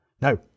no